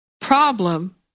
problem